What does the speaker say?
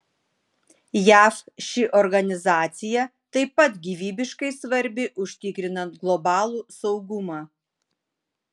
jav ši organizacija taip pat gyvybiškai svarbi užtikrinant globalų saugumą